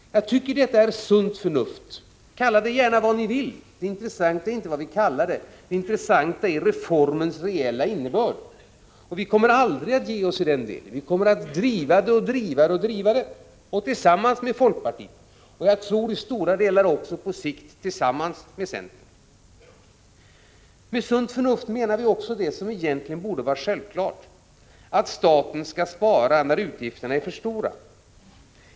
Jag tycker att detta är sunt förnuft. Kalla det gärna vad ni vill. Det intressanta är inte vad vi kallar det, utan reformens reella innebörd. Vi kommer aldrig att ge oss i det avseendet. Vi kommer att driva och fortsätta att driva detta krav tillsammans med folkpartiet — och jag tror, i stora delar, också på sikt tillsammans med centerpartiet. Med sunt förnuft menar vi också det som egentligen borde vara självklart — att staten skall spara när utgifterna är för stora.